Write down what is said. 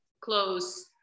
close